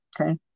okay